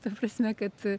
ta prasme kad